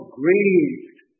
grieved